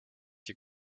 you